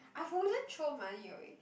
I wouldn't throw money away